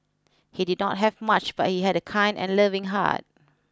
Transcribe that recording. he did not have much but he had a kind and loving heart